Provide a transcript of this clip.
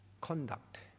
conduct